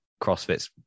CrossFit's